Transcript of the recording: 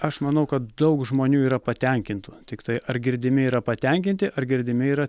aš manau kad daug žmonių yra patenkintų tiktai ar girdimi yra patenkinti ar girdimi yra